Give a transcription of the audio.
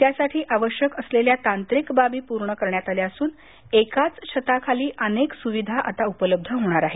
त्यासाठी आवश्यक असलेल्या तांत्रिक बाबी पूर्ण करण्यात आल्या असून क्विच छताखाली अनेक सुविधा उपलब्ध होणार आहे